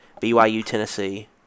BYU-Tennessee